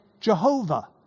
Jehovah